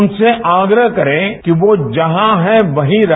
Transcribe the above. उनसे आग्रह करें कि वो जहां है वहीं रहे